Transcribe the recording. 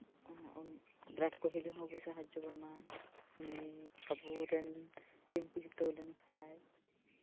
ᱵᱤᱨᱟᱴ ᱠᱳᱦᱞᱤ ᱦᱚᱸ ᱟᱹᱰᱤᱭ ᱥᱟᱦᱟᱡᱡᱚ ᱵᱚᱱᱟ ᱩᱱᱤ ᱟᱵᱚᱨᱮᱱ ᱴᱤᱢᱠᱚ ᱡᱤᱛᱟᱹᱣ ᱞᱮᱱᱠᱷᱟᱡ